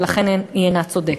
ולכן היא אינה צודקת.